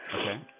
Okay